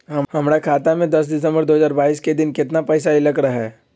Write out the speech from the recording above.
हमरा खाता में दस सितंबर दो हजार बाईस के दिन केतना पैसा अयलक रहे?